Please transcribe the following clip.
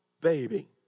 baby